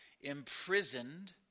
imprisoned